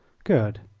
good!